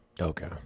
Okay